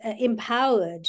empowered